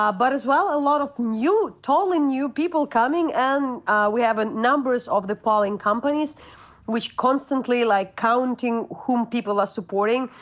but as well a lot of new, totally new people coming, and we have ah numbers of the polling companies which constantly like counting whom people are supporting.